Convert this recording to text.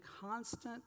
constant